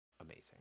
amazing